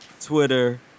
Twitter